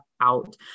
out